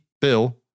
bill